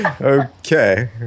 Okay